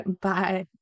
Bye